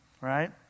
right